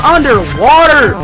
underwater